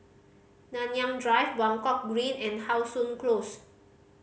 Nanyang Drive Buangkok Green and How Sun Close